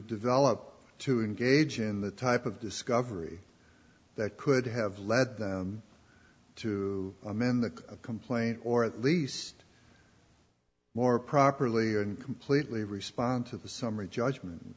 develop to engage in the type of discovery that could have led them to amend the complaint or at least more properly and completely respond to the summary judgment